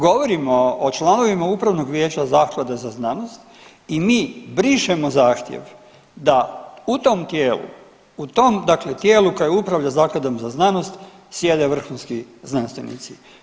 Govorimo o članovima upravnog vijeća Zaklade za znanost i mi brišemo zahtjev da u tom tijelu, u tom dakle tijelu koje upravlja Zakladom za znanost sjede vrhunski znanstvenici.